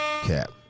cap